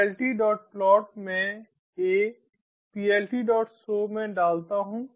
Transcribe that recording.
pltplot मैं a pltshow में डालता हूं